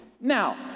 Now